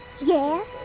Yes